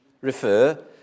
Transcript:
refer